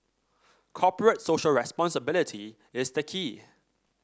Corporate Social Responsibility is the key